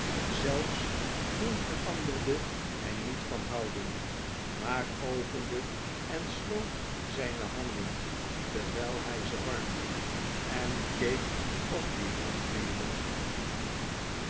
zelfs toen veranderde hij niet van houding maar opende en sloot zyne handen terwyl hy ze warmde en keek op dien hoop neder